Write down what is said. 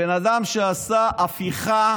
הבן אדם שעשה הפיכה